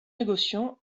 négociant